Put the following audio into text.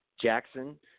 Jackson –